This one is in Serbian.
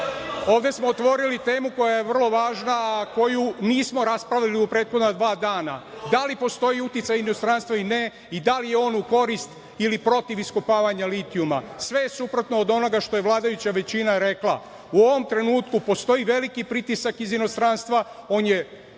ovde smo otvorili temu koja je vrlo važna, a koju nismo raspravili u prethodna dva dana da li postoji uticaj inostranstva ili ne i da li je on u korist ili protiv iskopavanja litijuma? Sve je suprotno od onoga što je vladajuća većina rekla u ovom trenutku postoji veliki pritisak iz inostranstva on je